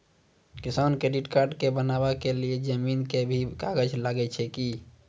किसान credit card बनबा के लेल जमीन के भी कागज लागै छै कि?